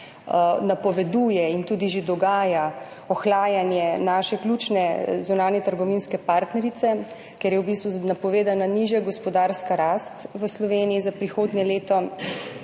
napoveduje in tudi že dogaja ohlajanje naše ključne zunanjetrgovinske partnerice, ker je v bistvu napovedana nižja gospodarska rast v Sloveniji za prihodnje leto,